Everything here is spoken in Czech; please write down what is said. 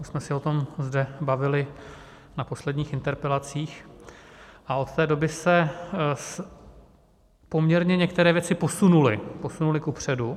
Už jsme se o tom zde bavili na posledních interpelacích a od té doby se poměrně některé věci posunuly, posunuly kupředu.